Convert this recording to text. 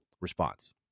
response